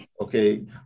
Okay